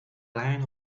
line